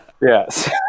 yes